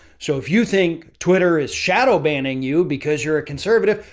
so if you think twitter is shadow banning you because you're a conservative,